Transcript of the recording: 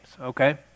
Okay